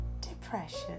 Depression